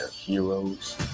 heroes